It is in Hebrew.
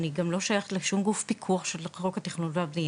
אני גם לא שייכת לשום גוף פיקוח של חוק התכנון והבנייה.